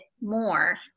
more